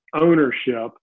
ownership